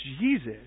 Jesus